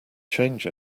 change